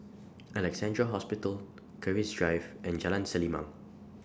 Alexandra Hospital Keris Drive and Jalan Selimang